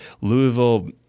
Louisville